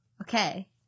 okay